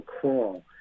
crawl